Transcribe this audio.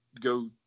go